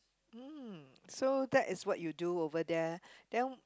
mm so that is what you do over there then